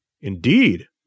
Indeed